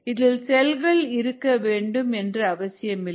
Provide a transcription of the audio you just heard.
இதில் செல்கள் இருக்க வேண்டும் என்ற அவசியமில்லை